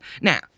Now